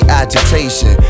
agitation